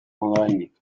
oraindik